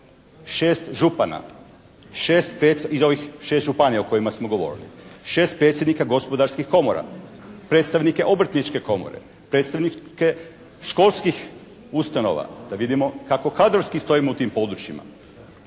smo govorili. 6 predsjednika gospodarskih komora, predstavnike Obrtničke komore, predstavnike školskih ustanova da vidimo kako kadrovski stojimo u tim područjima